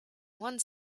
one